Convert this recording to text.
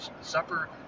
supper